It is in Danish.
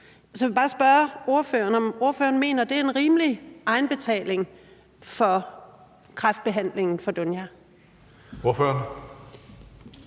Så jeg vil bare spørge ordføreren, om ordføreren mener, det er en rimelig egenbetaling for kræftbehandlingen for Dunja. Kl.